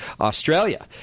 Australia